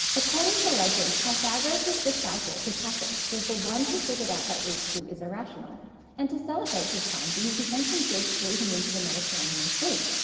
according to legend pythagoras' disciple hippasus was the one who figured out that root two is irrational and to celebrate his finding the ancient greeks threw him into the mediterranean sea,